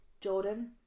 Jordan